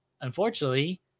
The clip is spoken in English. Unfortunately